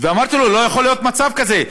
ואמרתי לו: לא יכול להיות מצב כזה.